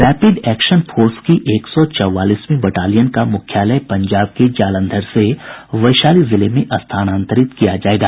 rapid action force की एक सौ चौवालीसवीं बटालियन का मुख्यालय पंजाब के जालंधर से वैशाली जिले में स्थानांतरित किया जायेगा